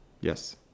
Yes